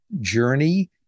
journey